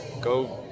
go